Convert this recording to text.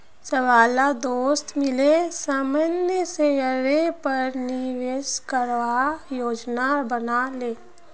सबला दोस्त मिले सामान्य शेयरेर पर निवेश करवार योजना बना ले